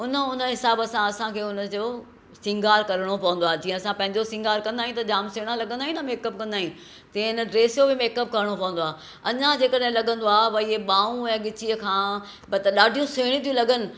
उन उन हिसाब सां असांखे उन जो सींगारु करिणो पवंदो आहे जीअं असां पंहिंजो सींगारु कंदा आहियूं त जामु सुहिणा लगं॒दा आहियूं न मेकअप कंदा आहियूं तीअं उन ड्रेस जो बि मेकअप करिणो पवंदो आहे अञा जेकड॒हिं लगंदो आहे त इहे बा॒हूं ऐं गि॒चीअ खां त डा॒ढियूं सुहिणियूं थियूं लग॒नि